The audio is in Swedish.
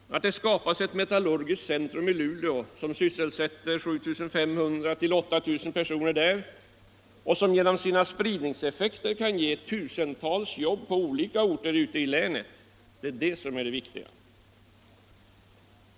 Att det skapas ett metallurgiskt centrum i Luleå som sysselsätter 7 500-8 000 personer, och som genom sina spridningseffekter kan ge tusentals jobb på olika orter ute i länet, är det viktiga.